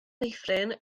meithrin